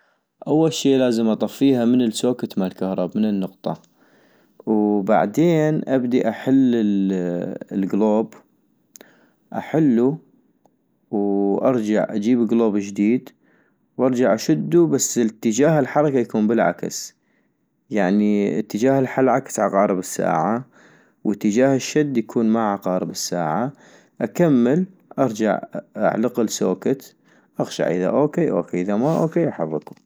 اول شي لازم اطفيها من السوكت مال كهرب، من النقطة - وبعدين ابدي احل الكلوب ، وارجع اجيب كلوب جديد، وارجع اشدو بس اتجاه الحركة يكون بالعكس، يعني اتجاه الحل عكس عقارب الساعة ، واتجاه الشد يكون مع عقارب الساعة - اكمل ارجع اعلق السوكت، اغشع اذا اوكي اوكي اذا ما اوكي احركو